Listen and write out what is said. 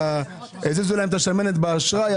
הזיזו להם את השמנת באשראי,